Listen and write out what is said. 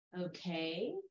Okay